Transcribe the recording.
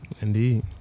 Indeed